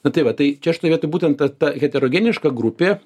nu tai va tai čia aš turėtų būtent ta ta heterogeniška grupė